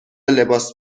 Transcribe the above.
لباس